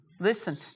Listen